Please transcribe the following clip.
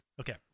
Okay